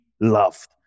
loved